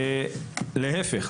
להיפך,